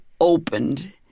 opened